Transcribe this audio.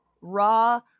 raw